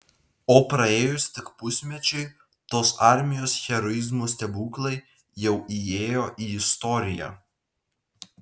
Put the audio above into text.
o praėjus tik pusmečiui tos armijos heroizmo stebuklai jau įėjo į istoriją